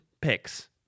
picks